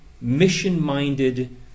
mission-minded